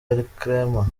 elcrema